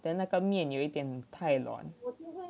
then 那个面有一点太软